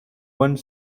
one